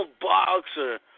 boxer